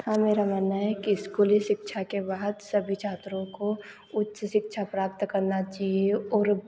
हमारा मानना है कि स्कूली शिक्षा के बाद सभी छात्रों को उच्च शिक्षा प्राप्त करना चाहिए और